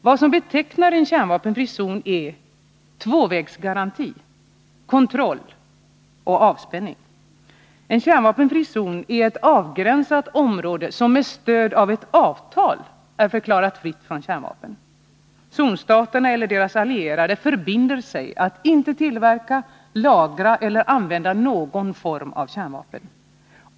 Vad som betecknar en kärnvapenfri zon är tvåvägsgaranti, kontroll och avspänning. En kärnvapenfri zon är ett avgränsat område som med stöd av ett avtal är förklarat fritt från kärnvapen. Zonstaterna eller deras allierade förbinder sig att inte tillverka, lagra eller använda någon form av kärnvapen.